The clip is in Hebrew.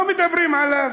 לא מדברים עליו.